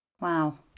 wow